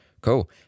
Cool